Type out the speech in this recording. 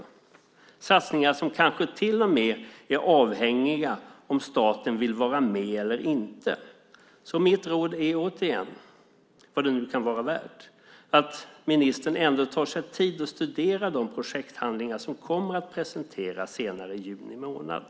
Det är satsningar som kanske till och med är avhängiga av om staten vill vara med eller inte. Mitt råd är återigen, vad det nu kan vara värt, att ministern ändå tar sig tid att studera de projekthandlingar som kommer att presenteras i slutet av juni månad.